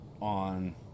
on